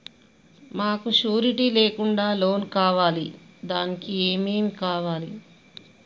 మాకు షూరిటీ లేకుండా లోన్ కావాలి దానికి ఏమేమి కావాలి?